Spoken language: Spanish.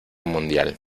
mundial